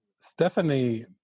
Stephanie